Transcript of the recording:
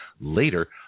later